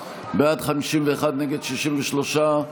בעד, 51, נגד, 63,